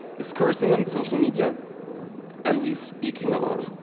is cursing on social media and he's speaking a lot.